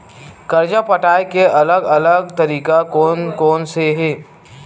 कर्जा पटाये के अलग अलग तरीका कोन कोन से हे?